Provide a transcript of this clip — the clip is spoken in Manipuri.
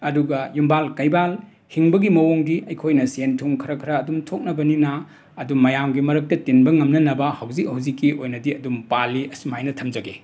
ꯑꯗꯨꯒ ꯌꯨꯝꯕꯥꯜ ꯀꯩꯕꯥꯜ ꯍꯤꯡꯕꯒꯤ ꯃꯋꯣꯡꯗꯤ ꯑꯩꯈꯣꯏꯅ ꯁꯦꯟ ꯊꯨꯝ ꯈꯔ ꯈꯔ ꯑꯗꯨꯝ ꯊꯣꯛꯅꯕꯅꯤꯅ ꯑꯗꯨꯝ ꯃꯌꯥꯝꯒꯤ ꯃꯔꯛꯇ ꯇꯤꯟꯕ ꯉꯝꯅꯅꯕ ꯍꯧꯖꯤꯛ ꯍꯧꯖꯤꯛꯀꯤ ꯑꯣꯏꯅꯗꯤ ꯑꯗꯨꯝ ꯄꯥꯜꯂꯤ ꯑꯁꯨꯃꯥꯏꯅ ꯊꯝꯖꯒꯦ